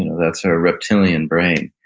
that's our reptilian brain.